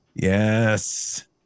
yes